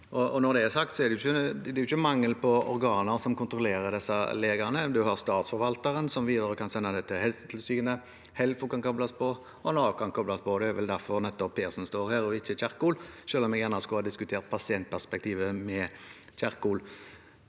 er det ikke mangel på organer som kontrollerer disse legene. Man har statsforvalteren, som videre kan sende det til Helsetilsynet. Helfo kan kobles på, og Nav kan også kobles på. Det er vel derfor nettopp Persen står her, og ikke Kjerkol, selv om jeg gjerne skulle ha diskutert pasientperspektivet med Kjerkol.